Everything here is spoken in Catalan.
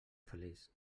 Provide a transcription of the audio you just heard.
feliç